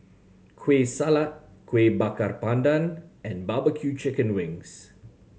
Kueh Salat Kuih Bakar Pandan and barbecue chicken wings